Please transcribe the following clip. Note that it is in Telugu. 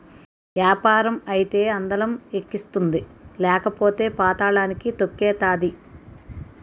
యాపారం అయితే అందలం ఎక్కిస్తుంది లేకపోతే పాతళానికి తొక్కేతాది